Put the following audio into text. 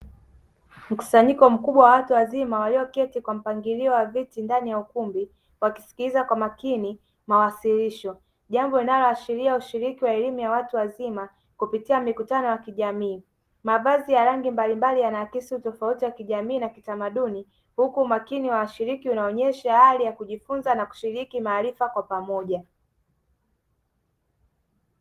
Mkusanyiko mkubwa wa watu wazima walioketi kwa mpangilio wa viti ndani ya ukumbi, wakisikiliza kwa makini mawasilisho. Jambo linaloashiria ushiriki wa elimu ya watu wazima kupitia mikutano ya kijamii. Mavazi ya rangi mbalimbali yanaakisi utofauti wa kijamii na kitamaduni huku umakini wa washiriki unaonyesha hali ya kujifunza na kushiriki maarifa kwa pamoja.